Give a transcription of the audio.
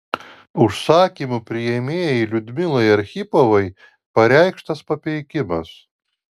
užsakymų priėmėjai liudmilai archipovai pareikštas papeikimas